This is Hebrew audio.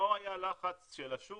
לא היה לחץ של השוק,